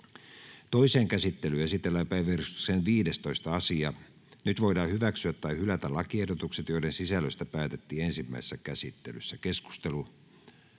Toiseen käsittelyyn esitellään päiväjärjestyksen 8. asia. Nyt voidaan hyväksyä tai hylätä lakiehdotukset, joiden sisällöstä päätettiin ensimmäisessä käsittelyssä. — Keskustelu,